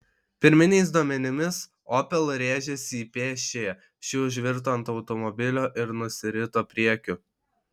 pirminiais duomenimis opel rėžėsi į pėsčiąją ši užvirto ant automobilio ir nusirito priekiu